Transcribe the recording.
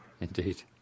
Indeed